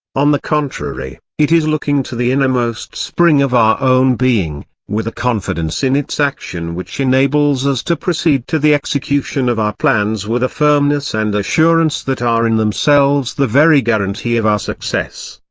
on the contrary, it is looking to the innermost spring of our own being, with a confidence in its action which enables us to proceed to the execution of our plans with a firmness and assurance that are in themselves the very guarantee of our success.